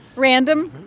random?